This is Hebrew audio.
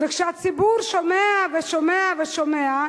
וכשהציבור שומע, ושומע ושומע,